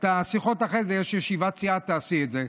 את השיחות, אחרי זה יש ישיבת סיעה, תעשי את זה.